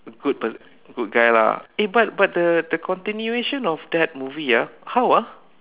good good guy lah eh but but the the continuation of that movie ah how ah